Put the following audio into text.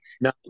no